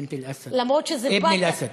למרות שזה, אבן אל-אסד.